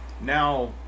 now